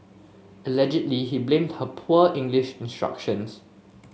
allegedly he blamed her poor English instructions